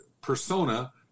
persona